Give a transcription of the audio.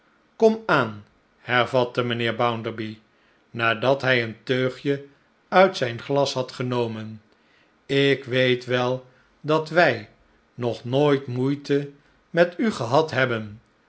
komaan hervatte minheer bounderby nadat hi een teugje uit zijn glas had genomen ik weet wel dat wij nog nooit moeite met u gehad hebben